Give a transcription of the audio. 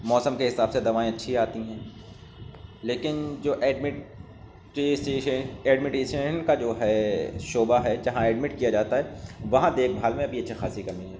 موسم کے حساب سے دوائیں اچھی آتی ہیں لیکن جو ایڈمٹ ایڈمیٹیشن ان کا جو ہے شعبہ ہے جہاں ایڈمٹ کیا جاتا ہے وہاں دیکھ بھال میں ابھی اچھی خاصی کمی ہے